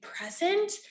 present